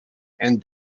and